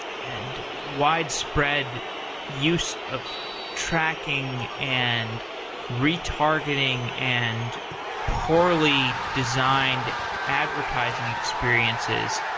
and widespread use of tracking, and retargeting, and poorly designed advertising experiences.